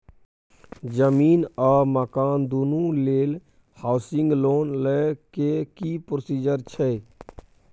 जमीन आ मकान दुनू लेल हॉउसिंग लोन लै के की प्रोसीजर छै?